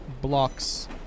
blocks